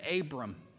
Abram